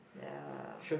there are